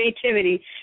creativity